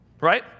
Right